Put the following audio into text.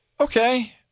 Okay